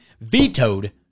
vetoed